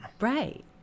Right